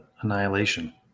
Annihilation